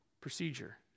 procedure